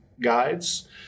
guides